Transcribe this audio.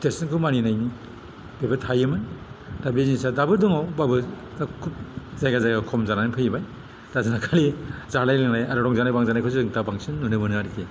देरसिनखौ मानिनायनि बेफोर थायोमोन दा बे जिनिसा दाबो दङ होम्बाबो खुब जायगा जायगा खम जानानै फैबाय दा जोंहा खालि जानाय लोंनाय आरो रंजानाय बांजानायखौ बांसिन नुनो मोनो आरो कि